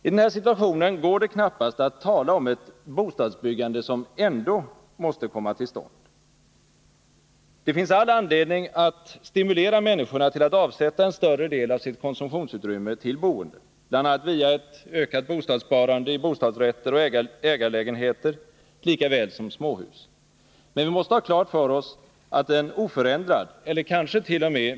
I denna situation går det knappast att tala om ett bostadsbyggande, som ändå måste komma till stånd. Det finns all anledning att stimulera människorna till att avsätta en större del av sitt konsumtionsutrymme till boende — bl.a. via ett ökat bostadssparande i bostadsrätter och ägarlägenheter likaväl som i småhus. Men vi måste ha klart för oss att en oförändrad eller kansket.o.m.